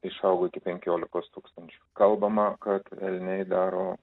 išaugo iki penkiolikos tūkstančių kalbama kad elniai daro